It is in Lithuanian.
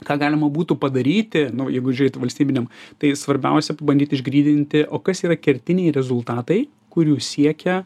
ką galima būtų padaryti nu jeigu žiūrėt valstybiniam tai svarbiausia pabandyt išgryninti o kas yra kertiniai rezultatai kurių siekia